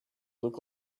look